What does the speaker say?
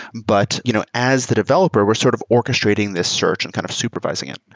but you know as the developer, we're sort of orchestrating this search and kind of supervising it.